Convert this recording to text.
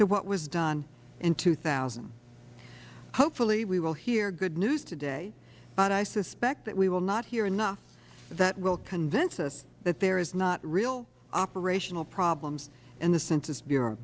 to what was done in two thousand hopefully we will hear good news today but i suspect that we will not hear enough that will convince us that there is not real operational problems in the census bureau